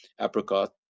apricot